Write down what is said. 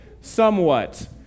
somewhat